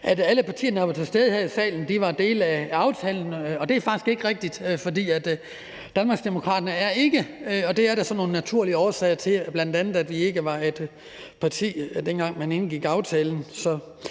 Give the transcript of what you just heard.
de partier, der er til stede her i salen, var dele af aftalen. Det er faktisk ikke rigtigt, for Danmarksdemokraterne er ikke med i aftalen, og det er der så nogle naturlige årsager til, bl.a. at vi ikke var et parti, dengang man indgik aftalen.